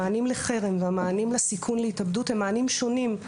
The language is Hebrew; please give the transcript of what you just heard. המענים לחרם והמענים לסיכון להתאבדות הם מענים שונים.